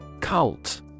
Cult